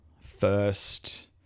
first